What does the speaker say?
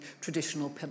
traditional